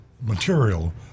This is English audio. material